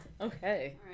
Okay